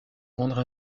rendre